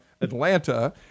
Atlanta